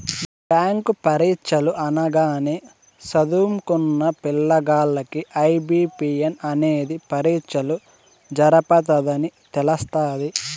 bank పరీచ్చలు అనగానే సదుంకున్న పిల్లగాల్లకి ఐ.బి.పి.ఎస్ అనేది పరీచ్చలు జరపతదని తెలస్తాది